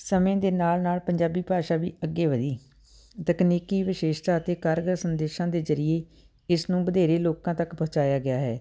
ਸਮੇਂ ਦੇ ਨਾਲ ਨਾਲ ਪੰਜਾਬੀ ਭਾਸ਼ਾ ਵੀ ਅੱਗੇ ਵਧੀ ਤਕਨੀਕੀ ਵਿਸ਼ੇਸ਼ਤਾ ਅਤੇ ਕਾਰਗਰ ਸੰਦੇਸ਼ਾਂ ਦੇ ਜ਼ਰੀਏ ਇਸ ਨੂੰ ਵਧੇਰੇ ਲੋਕਾਂ ਤੱਕ ਪਹੁੰਚਾਇਆ ਗਿਆ ਹੈ